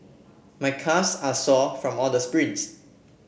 my calves are sore from all the sprints